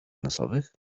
nosowych